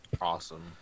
Awesome